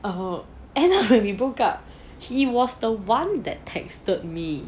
um and when we broke up he was the one that texted me